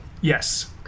Yes